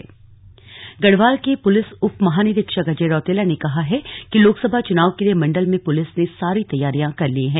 slug DIG Pauri Garhwal के police उपमहानिरीक्षक अजय रौतेला ने कहा है कि लोकसभा चुनाव के लिए मंडल में पुलिस ने सारी तैयारियां कर ली हैं